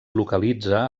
localitza